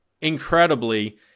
incredibly